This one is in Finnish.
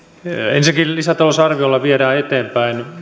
ensinnäkin lisätalousarviolla viedään eteenpäin